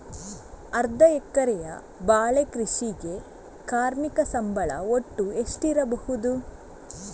ಅರ್ಧ ಎಕರೆಯ ಬಾಳೆ ಕೃಷಿಗೆ ಕಾರ್ಮಿಕ ಸಂಬಳ ಒಟ್ಟು ಎಷ್ಟಿರಬಹುದು?